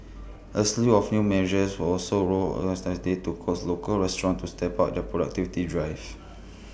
A slew of new measures were also rolled yesterday to coax local restaurants to step up their productivity drive